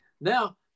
Now